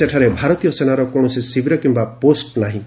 ସେଠାରେ ଭାରତୀୟ ସେନାର କୌଣସି ଶିବିର କିମ୍ବା ପୋଷ୍ଟ ନାହିଁ